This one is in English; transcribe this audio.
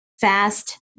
fast